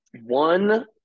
One –